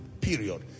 period